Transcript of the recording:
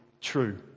true